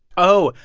oh,